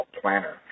Planner